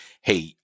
hey